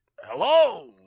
hello